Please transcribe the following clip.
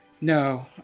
no